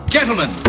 Gentlemen